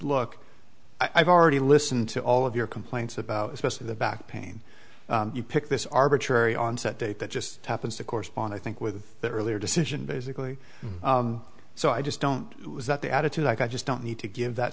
look i've already listened to all of your complaints about especially the back pain you pick this arbitrary onset date that just happens to correspond i think with the earlier decision basically so i just don't was that the attitude i just don't need to give that